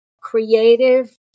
creative